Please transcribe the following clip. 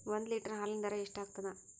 ಒಂದ್ ಲೀಟರ್ ಹಾಲಿನ ದರ ಎಷ್ಟ್ ಆಗತದ?